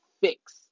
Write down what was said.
fix